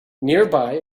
nearby